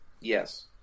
yes